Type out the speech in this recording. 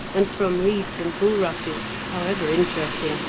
and from reeds and bulrushes, however interesting,